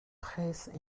presse